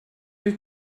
you